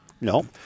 No